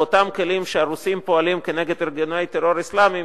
באותם כלים שהרוסים פועלים נגד ארגוני טרור אסלאמיים,